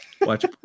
Watch